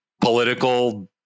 political